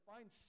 Find